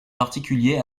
particulier